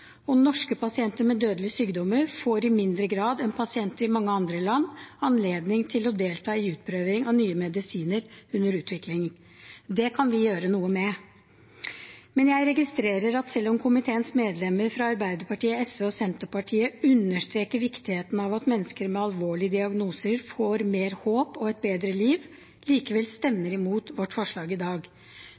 og norske pasienter med dødelige sykdommer får i mindre grad enn pasienter i mange andre land anledning til å delta i utprøving av nye medisiner under utvikling. Det kan vi gjøre noe med. Men jeg registrerer at selv om komiteens medlemmer fra Arbeiderpartiet, SV og Senterpartiet understreker viktigheten av at mennesker med alvorlige diagnoser får mer håp og et bedre liv, stemmer de likevel imot vårt forslag i dag.